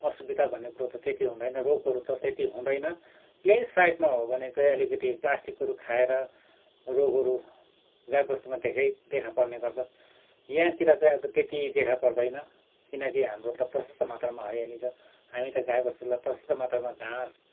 असुविधा भन्ने कुरा त त्यति हुँदैन रोगहरू त्यति हुँदैन प्लेन साइडमा हो भने चाहिँ अलिकति प्लासटिकहरू खाएर रोगहरू गाई बस्तुमा देखा पर्ने गर्छ यहाँतिर चाहिँ त्यति देखा पर्दैन किनकि हाम्रो त प्रशस्त मात्रमा हरियाली छ हामी त गाई बस्तुलाई प्रशस्त मात्रमा घाँस